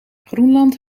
groenland